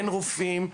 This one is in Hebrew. אין רופאים,